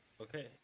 Okay